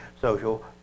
social